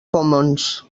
commons